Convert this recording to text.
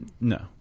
No